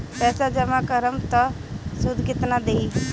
पैसा जमा करम त शुध कितना देही?